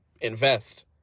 invest